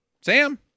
Sam